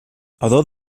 although